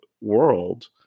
world